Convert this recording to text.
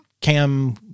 Cam